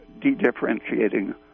de-differentiating